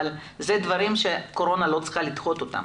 אבל אלה דברים שקורונה לא צריכה לדחות אותם.